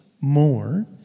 more